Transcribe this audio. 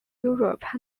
europe